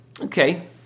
Okay